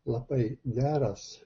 labai geras